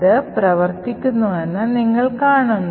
അത് പ്രവർത്തിക്കുന്നുവെന്ന് നിങ്ങൾ കാണുന്നു